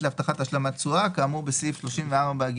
להבטחת השלמת תשואה" - כאמור בסעיף 34ג(ב)";